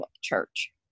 church